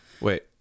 wait